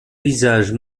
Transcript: visages